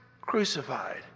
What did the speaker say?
crucified